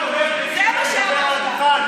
זה מה שאמרת כרגע.